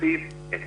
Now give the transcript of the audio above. תקציב אין.